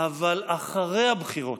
אבל אחרי הבחירות.